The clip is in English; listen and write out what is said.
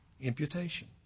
imputation